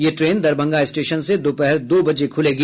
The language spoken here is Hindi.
यह ट्रेन दरभंगा स्टेशन से दोपहर दो बजे खुलेगी